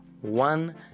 one